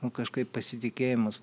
nu kažkaip pasitikėjimas